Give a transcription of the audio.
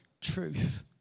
truth